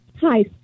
Hi